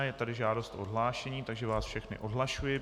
Je tady žádost o odhlášení, takže vás všechny odhlašuji.